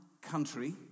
country